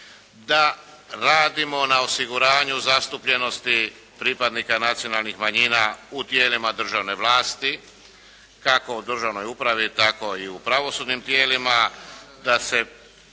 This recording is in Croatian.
da radimo na osiguranju zastupljenosti pripadnika nacionalnih manjina u tijelima državne vlasti kako u državnoj upravi tako i u pravosudnim tijelima, da se